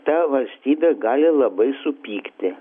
ta valstybė gali labai supykti